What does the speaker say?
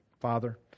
Father